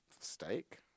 steak